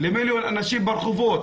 למיליון אנשים ברחובות.